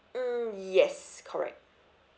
mm yes correct